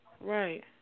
Right